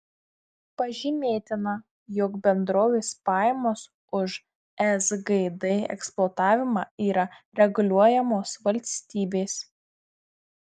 pažymėtina jog bendrovės pajamos už sgd eksploatavimą yra reguliuojamos valstybės